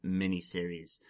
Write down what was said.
miniseries